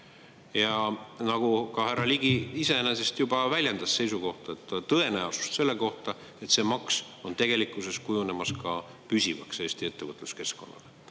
Nagu ka härra Ligi iseenesest juba väljendas oma seisukohta ja tõenäosust selle kohta, et see maks on tegelikkuses kujunemas püsivaks Eesti ettevõtluskeskkonna